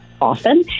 often